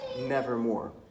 nevermore